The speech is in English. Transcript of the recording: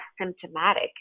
symptomatic